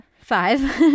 five